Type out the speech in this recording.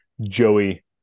Joey